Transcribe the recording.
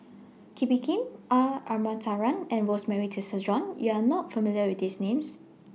Kee Bee Khim R Ramachandran and Rosemary Tessensohn YOU Are not familiar with These Names